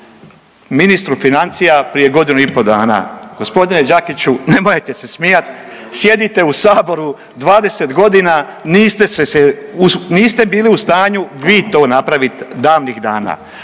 ministru financija prije godinu i po dana. Gospodine Đakiću ne morate se smijati, sjedite u saboru 20 godina, niste se se, niste bili u stanju vi to napraviti davnih dana.